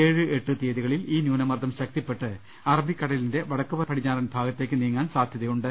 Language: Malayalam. ഏഴ് എട്ട് തിയ്യതികളിൽ ഈ ന്യൂനമർദ്ദം ശക്തിപ്പെട്ട് അറബിക്കടലിന്റെ വടക്കുപടിഞ്ഞാറൻ ഭാഗത്തേക്ക് നീങ്ങുവാൻ സാധ്യതയുണ്ട്